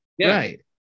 Right